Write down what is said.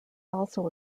also